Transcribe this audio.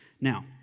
Now